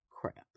crap